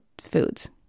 foods